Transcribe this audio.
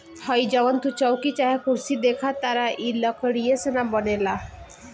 हइ जवन तू चउकी चाहे कुर्सी देखताड़ऽ इ लकड़ीये से न बनेला